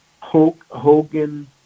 Hogan